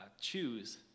choose